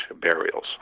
burials